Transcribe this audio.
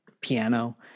piano